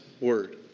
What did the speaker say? word